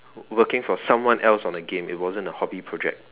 working for someone else on a game it wasn't a hobby project